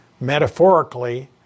metaphorically